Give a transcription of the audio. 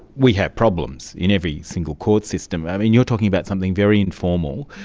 we have problems in every single court system. i mean, you're talking about something very informal.